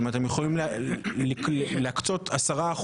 זאת אומרת יכולים להקצות 10%,